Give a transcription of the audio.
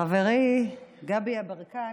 חברי גדי יברקן,